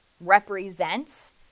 represents